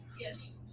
Yes